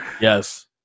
Yes